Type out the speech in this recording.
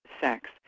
sex